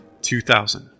2000